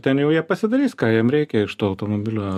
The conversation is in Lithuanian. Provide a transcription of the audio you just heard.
ten jau jie pasidarys ką jiem reikia iš to automobilio